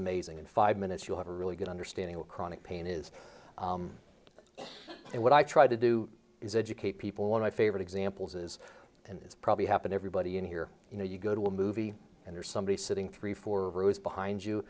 amazing in five minutes you'll have a really good understanding of chronic pain is and what i try to do is educate people when my favorite examples is and it's probably happened everybody in here you know you go to a movie and there's somebody sitting three or four rows behind you